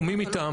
או מי מטעמו.